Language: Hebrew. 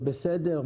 זה בסדר,